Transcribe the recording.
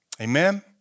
Amen